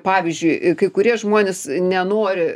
pavyzdžiui kai kurie žmonės nenori